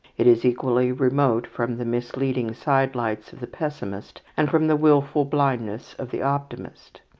it is equally remote from the misleading side-lights of the pessimist and from the wilful blindness of the optimist.